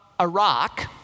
Iraq